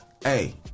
hey